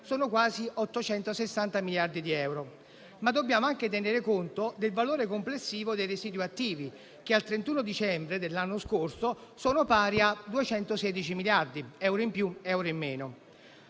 sono quasi 860 miliardi di euro. Dobbiamo, però, anche tenere conto del valore complessivo dei residui attivi che, al 31 dicembre dell'anno scorso, sono pari a 216 miliardi: euro in più, euro in meno.